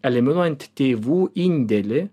eliminuojant tėvų indėlį